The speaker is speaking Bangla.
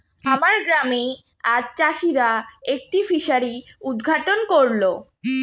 আমার গ্রামে আজ চাষিরা একটি ফিসারি উদ্ঘাটন করল